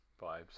vibes